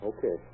Okay